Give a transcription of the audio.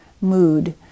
mood